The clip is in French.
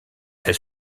elle